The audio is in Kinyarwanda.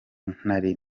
ntari